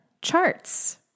charts